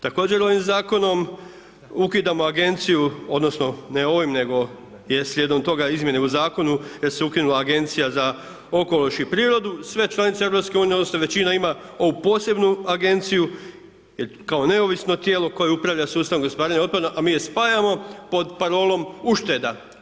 Također ovim zakonom ukidamo agenciju, odnosno, ne ovim, nego, je slijedom toga izmjene u zakonu gdje se je ukinula Agencija za okoliš i prirodu, sve članice EU, odnosno, većina ima ovu posebnu agenciju, jer kao neovisno tijelo kojom upravlja sustav gospodarenja otpadom, a mi ju spajamo, pod parolom ušteda.